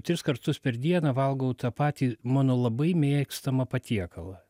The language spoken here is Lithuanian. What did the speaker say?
tris kartus per dieną valgau tą patį mano labai mėgstamą patiekalą